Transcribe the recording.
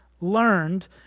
learned